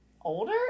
older